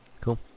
cool